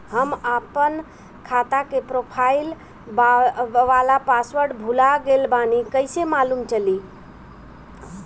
हम आपन खाता के प्रोफाइल वाला पासवर्ड भुला गेल बानी कइसे मालूम चली?